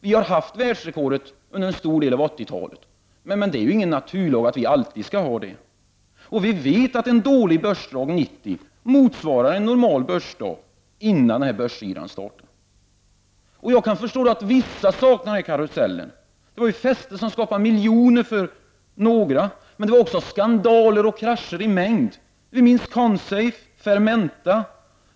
Vi har haft världsrekordet under en stor del av 1980-talet. Vi vet att en dålig börsdag 1990 motsvarar en normal börsdag innan denna börsyra startade. Jag kan förstå att vissa saknar den här karusellen. Det var fester som gav miljontals kronor åt några, men det var också skandaler och krascher i mängd. Jag tänker exempelvis på krascherna för Consafe och Fermenta.